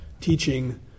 teaching